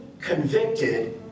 convicted